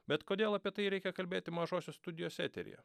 bet kodėl apie tai reikia kalbėti mažosios studijos eteryje